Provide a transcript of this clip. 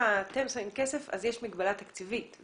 אתם שמים כסף, יש מגבלה תקציבית.